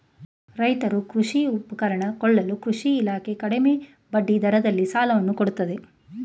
ರೈತರು ಕೃಷಿ ಉಪಕರಣ ಕೊಳ್ಳಲು ಕೃಷಿ ಇಲಾಖೆ ಕಡಿಮೆ ಬಡ್ಡಿ ದರದಲ್ಲಿ ಸಾಲವನ್ನು ಕೊಡುತ್ತದೆ